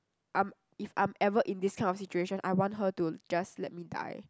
I'm if I'm ever in this kind of situation I want her to just let me die